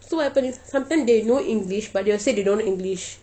so what happen is sometime they know english but they will say they don't know english